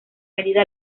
medida